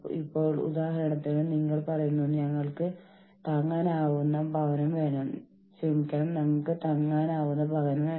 ഒരു ഓർഗനൈസേഷനിൽ നിയമങ്ങളും നയങ്ങളും നടപ്പിലാക്കുന്നത് നോക്കുന്ന ആളുകളാണ് അഡ്മിനിസ്ട്രേറ്റർമാർ